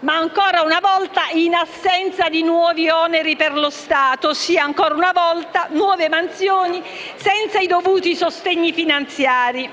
ma ancora una volta in assenza di nuovi oneri per lo Stato, ossia ancora una volta si attribuiscono nuove mansioni senza i dovuti sostegni finanziari.